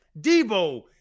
Debo